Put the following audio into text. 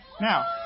Now